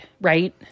Right